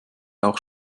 auch